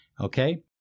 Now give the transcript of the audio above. Okay